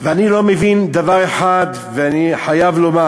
ואני לא מבין דבר אחד, ואני חייב לומר: